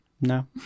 No